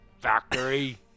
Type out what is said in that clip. factory